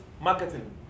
marketing